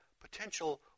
potential